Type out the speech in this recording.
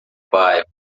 bairro